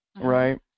right